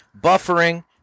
buffering